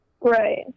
Right